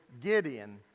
Gideon